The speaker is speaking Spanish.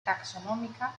taxonómica